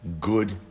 good